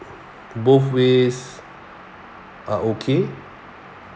both ways are okay